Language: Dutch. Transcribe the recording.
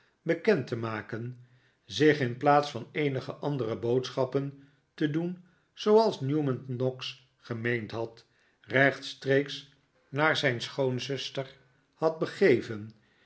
bekend te maken zich in plaats van eenige andere boodschappen te doen zooals newman noggs gemeend had rechtstreeks naar zijn schoonzuster had begeven